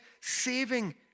saving